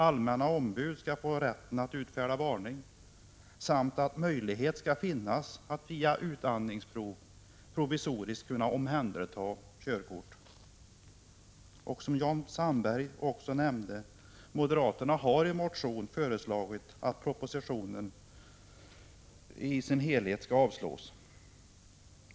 Allmänna ombud skall få rätten att utfärda varning, och det skall finnas möjlighet att efter utandningsprov provisoriskt omhänderta ett Som Jan Sandberg nämnde har alltså moderaterna i motion föreslagit att propositionsförslagen i sin helhet skall avslås.